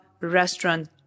restaurant